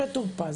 משה טור פז,